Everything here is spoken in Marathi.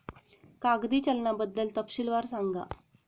कागदी चलनाबद्दल तपशीलवार सांगा